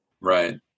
Right